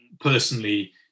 personally